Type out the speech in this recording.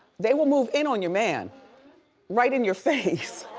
they will move in on your man right in your face.